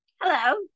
Hello